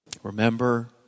Remember